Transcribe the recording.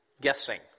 guessing